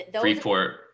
Freeport